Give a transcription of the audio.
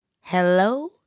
hello